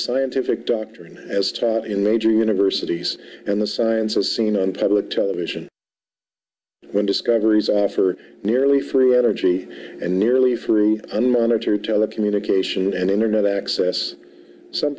scientific doctrine as taught in major universities and the sciences seen on public television when discovery's effort nearly threw energy and nearly fruit and monitor telecommunications and internet access some